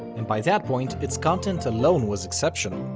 and by that point its content alone was exceptional.